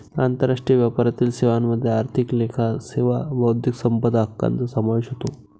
आंतरराष्ट्रीय व्यापारातील सेवांमध्ये आर्थिक लेखा सेवा बौद्धिक संपदा हक्कांचा समावेश होतो